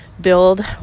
build